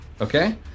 Okay